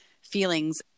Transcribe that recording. feelings